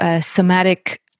somatic